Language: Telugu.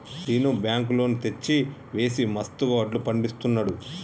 శీను బ్యాంకు లోన్ తెచ్చి వేసి మస్తుగా వడ్లు పండిస్తున్నాడు